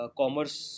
commerce